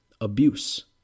abuse